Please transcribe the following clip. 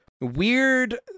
weird